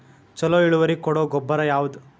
ಛಲೋ ಇಳುವರಿ ಕೊಡೊ ಗೊಬ್ಬರ ಯಾವ್ದ್?